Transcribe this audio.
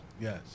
Yes